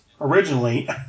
Originally